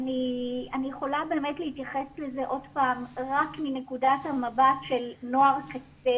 אני יכולה באמת להתייחס לזה עוד פעם רק מנקודת המבט של נוער קצה,